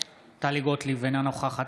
ביטון, אינה נוכחת